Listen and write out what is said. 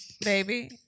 baby